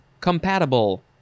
compatible